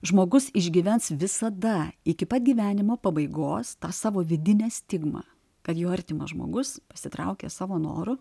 žmogus išgyvens visada iki pat gyvenimo pabaigos tą savo vidinę stigmą kad jo artimas žmogus pasitraukia savo noru